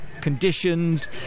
conditions